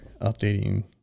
updating